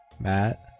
Matt